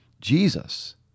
Jesus